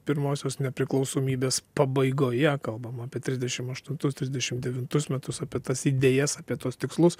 pirmosios nepriklausomybės pabaigoje kalbam apie trisdešim aštuntus trisdešim devintus metus apie tas idėjas apie tuos tikslus